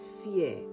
fear